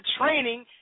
training